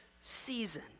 season